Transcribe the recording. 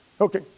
Okay